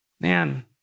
man